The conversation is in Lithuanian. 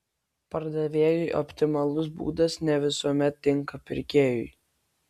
pardavėjui optimalus būdas ne visuomet tinka pirkėjui